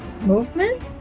movement